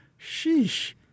Sheesh